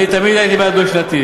אני תמיד הייתי בעד דו-שנתי.